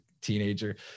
teenager